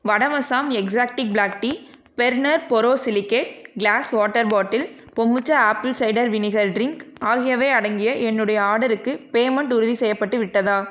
வடம் Assam exotic black tea burner borosilicate glass water bottle kombucha apple cider vinegar drink ஆகியவை அடங்கிய என்னுடைய ஆர்டர்க்கு பேமெண்ட் உறுதிசெய்யப்பட்டு விட்டதா